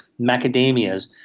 macadamias